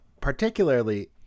particularly